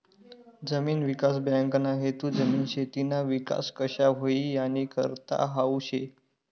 जमीन विकास बँकना हेतू जमीन, शेतीना विकास कशा व्हई यानीकरता हावू शे